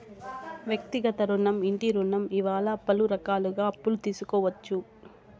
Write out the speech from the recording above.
వ్యక్తిగత రుణం ఇంటి రుణం ఇలా పలు రకాలుగా అప్పులు తీసుకోవచ్చు